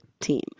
team